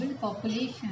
population